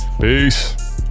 Peace